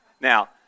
Now